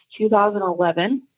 2011